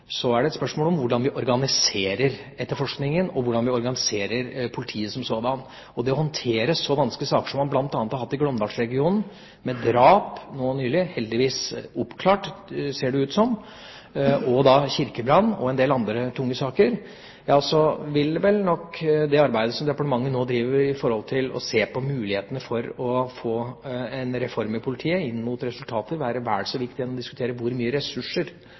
hvordan vi organiserer etterforskningen, og hvordan vi organiserer politiet som sådant. Når man skal håndtere så vanskelige saker som man bl.a. har hatt i Glåmdalsregionen, med drap nå nylig – heldigvis er det oppklart, ser det ut til – og da kirkebrann og en del andre tunge saker, vil nok det arbeidet som departementet nå driver med å se på mulighetene for en reform i politiet, rettet inn mot resultater, være vel så viktig som å diskutere hvor mye ressurser